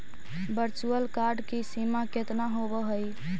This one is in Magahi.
वर्चुअल कार्ड की सीमा केतना होवअ हई